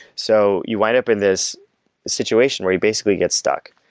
so you wind up in this situation where you basically get stuck.